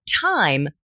time